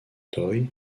toy